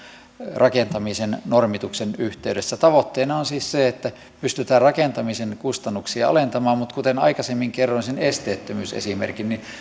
rakentamisen normituksen yhteydessä tavoitteena on siis se että pystytään rakentamisen kustannuksia alentamaan mutta kuten aikaisemmin kerroin sen esteettömyysesimerkin avulla